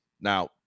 Now